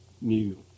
new